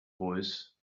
voice